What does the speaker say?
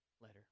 letter